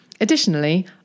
Additionally